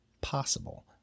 possible